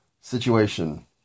situation